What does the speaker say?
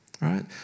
right